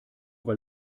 weil